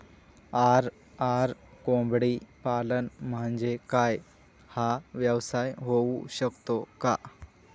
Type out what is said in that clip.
RR कोंबडीपालन म्हणजे काय? हा व्यवसाय होऊ शकतो का?